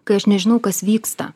kai aš nežinau kas vyksta